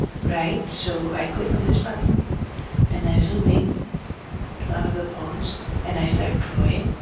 right, so i click on this button and i zoom in to one of the ponds and i start drawing